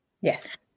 Yes